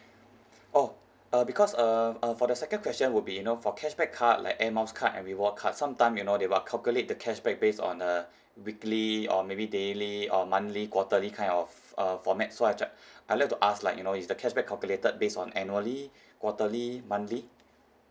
oh err because err uh for the second question would be you know for cashback card like air miles card and reward card some time you know they will calculate the cashback based on a weekly or maybe daily or monthly quarterly kind of uh format so I actual~ I would like to ask like you know is the cashback calculated based on annually quarterly monthly